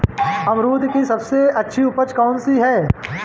अमरूद की सबसे अच्छी उपज कौन सी है?